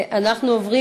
או כבר